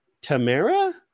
Tamara